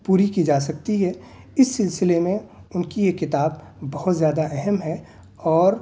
پوری کی جا سکتی ہے اس سِلسِلے میں ان کی ایک کتاب بہت زیادہ اہم ہے اور